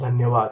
धन्यवाद